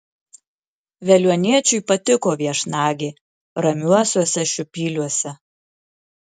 veliuoniečiui patiko viešnagė ramiuosiuose šiupyliuose